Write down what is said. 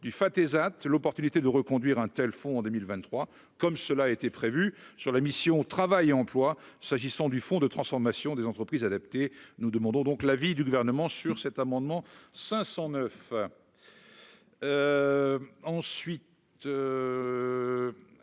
du Fatah that l'opportunité de reconduire un tel font en 2023, comme cela était prévu sur la mission Travail et emploi s'agissant du fond de transformation des entreprises adaptées, nous demandons donc l'avis du gouvernement, sur cet amendement. 509 ensuite.